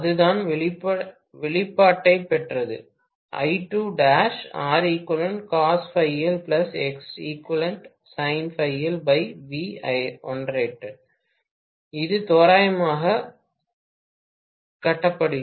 அதுதான் வெளிப்பாட்டைப் பெற்றது இது தோராயமாக கட்டுப்பாடு